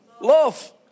Love